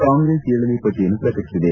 ಕಾಂಗ್ರೆಸ್ ನೇ ಪಟ್ಟಿಯನ್ನು ಪ್ರಕಟಬದೆ